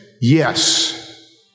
Yes